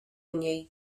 niej